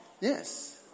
Yes